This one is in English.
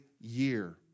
year